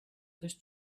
this